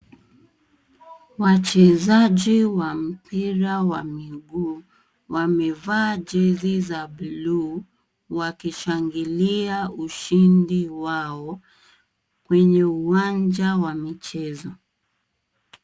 Wachezaji wa mpira wa miguu, wamevaa jezi za blue wakishangilia ushindi wao kwenye uwanja wa michezo.